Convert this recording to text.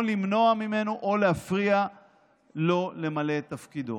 למנוע ממנו או להפריע לו למלא את תפקידו.